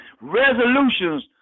resolutions